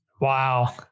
Wow